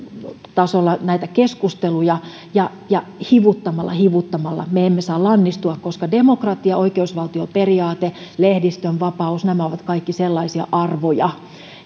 näitä keskusteluja ja ja hivuttamalla hivuttamalla me emme saa lannistua koska demokratia oikeusvaltioperiaate lehdistönvapaus ovat kaikki sellaisia arvoja